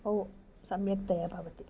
बहु सम्यक्तया भवति